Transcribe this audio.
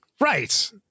Right